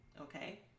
Okay